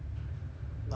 nice I love your english